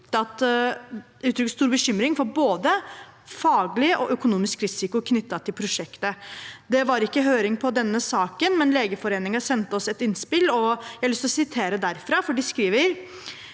uttrykt stor bekymring for både faglig og økonomisk risiko knyttet til prosjektet. Det var ikke høring i denne saken, men Legeforeningen sendte oss et innspill, og jeg har lyst til å sitere derfra, for de skriver: